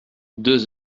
deux